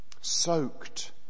Soaked